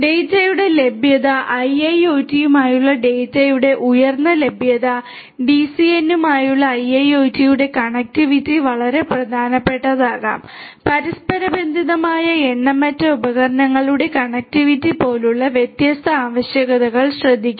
ഡാറ്റയുടെ ലഭ്യത ഐഐഒടിയുമായുള്ള ഡാറ്റയുടെ ഉയർന്ന ലഭ്യത ഡിസിഎനുമായുള്ള ഐഐഒടിയുടെ കണക്റ്റിവിറ്റി വളരെ പ്രധാനപ്പെട്ടതാക്കും പരസ്പരബന്ധിതമായ എണ്ണമറ്റ ഉപകരണങ്ങളുടെ കണക്റ്റിവിറ്റി പോലുള്ള വ്യത്യസ്ത ആവശ്യകതകൾ ശ്രദ്ധിക്കുന്നു